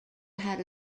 had